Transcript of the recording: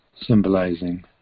symbolizing